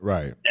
Right